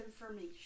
information